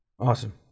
Awesome